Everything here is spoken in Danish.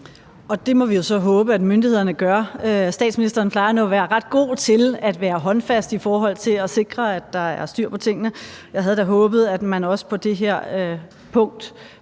Det må vi jo så håbe at myndighederne gør. Statsministeren plejer nu at være ret god til at være håndfast i forhold til at sikre, at der er styr på tingene. Jeg havde da håbet, at man også på det her punkt